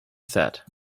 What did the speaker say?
said